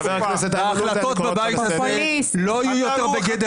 חבר הכנסת איימן